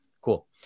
Cool